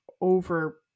over